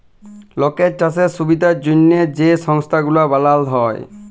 লকের চাষের সুবিধার জ্যনহে যে সংস্থা গুলা বালাল হ্যয়